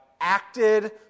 acted